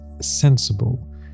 sensible